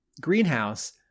greenhouse